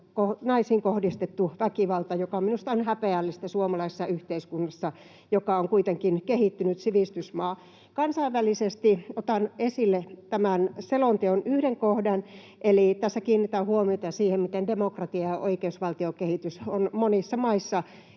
naisiin kotona kohdistettu väkivalta, joka minusta on häpeällistä suomalaisessa yhteiskunnassa, joka on kuitenkin kehittynyt sivistysmaa. Kansainvälisesti otan esille selonteon yhden kohdan. Tässä kiinnitetään huomiota siihen, miten demokratia ja oikeusvaltiokehitys ovat monissa maissa